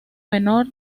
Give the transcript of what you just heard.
menor